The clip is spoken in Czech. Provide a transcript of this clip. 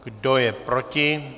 Kdo je proti?